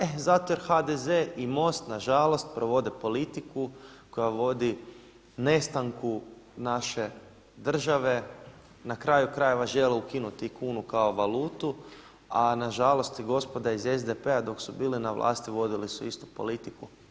E zato jer HDZ i MOST na žalost provode politiku koja vodi nestanku naše države. na kraju krajeva žele ukinuti i kunu kao valutu, a na žalost i gospoda iz SDP-a dok su bili na vlasti vodili su istu politiku.